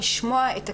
ישמע את הקטין.